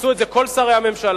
עשו את זה כל שרי הממשלה,